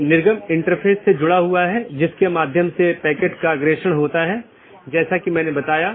BGP चयन एक महत्वपूर्ण चीज है BGP एक पाथ वेक्टर प्रोटोकॉल है जैसा हमने चर्चा की